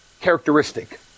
characteristic